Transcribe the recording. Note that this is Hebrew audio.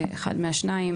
זה אחד מהשניים,